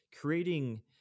Creating